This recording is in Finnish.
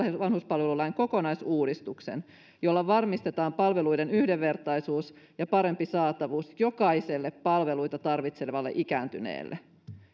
vanhuspalvelulain kokonaisuudistuksen jolla varmistetaan palveluiden yhdenvertaisuus ja parempi saatavuus jokaiselle palveluita tarvitsevalle ikääntyneelle